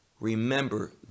Remember